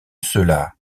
cela